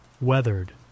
weathered